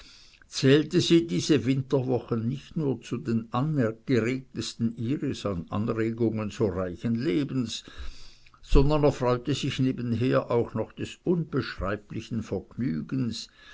zählte sie diese winterwochen nicht nur zu den angeregtesten ihres an anregungen so reichen lebens sondern erfreute sich nebenher auch noch des unbeschreiblichen vergnügens